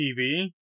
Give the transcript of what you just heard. TV